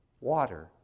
water